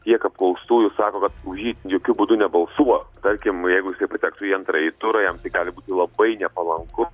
tiek apklaustųjų sako kad už jį jokiu būdu nebalsuot tarkim jeigu jisai patektų į antrąjį turą jam tai gali būti labai nepalanku